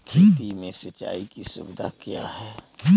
खेती में सिंचाई की सुविधा क्या है?